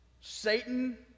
Satan